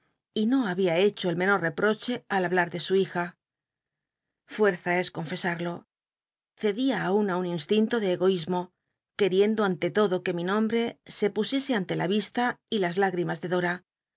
españa da vid copperfield nor reproche al hablar de su hi ja fuer za es confesarlo cedía aun í un instinto de egoísmo queriendo an te todo que mi nombee se pusiese ante la vista y las higeimas de dora